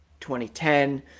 2010